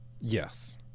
Yes